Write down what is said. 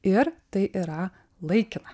ir tai yra laikina